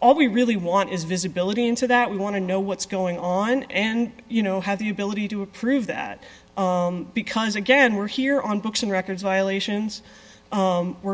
all we really want is visibility into that we want to know what's going on and you know have the ability to approve that because again we're here on books and records violations we're